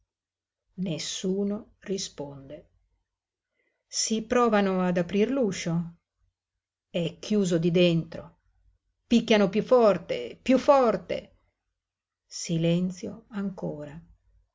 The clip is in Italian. nessuno risponde si provano ad aprir l'uscio è chiuso di dentro picchiano piú forte piú forte silenzio ancora